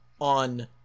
on